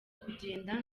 kugenda